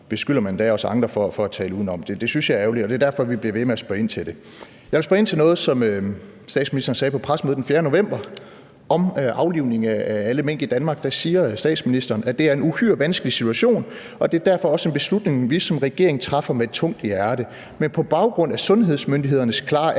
beskylder man endda os andre for at tale udenom. Det synes jeg er ærgerligt, og det er derfor, vi bliver ved med at spørge ind til det. Jeg vil spørge ind til noget, som statsministeren sagde på pressemødet den 4. november. Om aflivning af alle mink i Danmark siger statsministeren: »Det er en uhyre vanskelig situation. Og det er derfor også en beslutning, vi som regering træffer med et tungt hjerte. Men på baggrund af sundhedsmyndighedernes klare